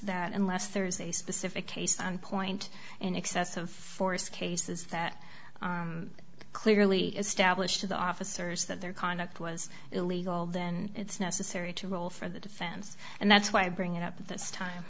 that unless there's a specific case in point an excessive force cases that are clearly established to the officers that their conduct was illegal then it's necessary to role for the defense and that's why i bring it up